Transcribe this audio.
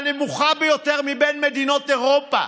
הנמוכה ביותר מבין מדינות אירופה.